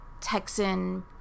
Texan